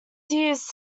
used